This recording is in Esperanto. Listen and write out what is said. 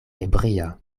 ebria